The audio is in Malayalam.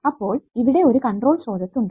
ഇപ്പോൾ ഇവിടെ ഒരു കൺട്രോൾ സ്രോതസ്സ് ഉണ്ട്